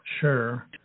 Sure